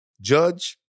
judge